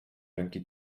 ręki